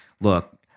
look